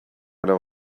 know